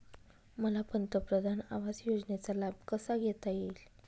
मला पंतप्रधान आवास योजनेचा लाभ कसा घेता येईल?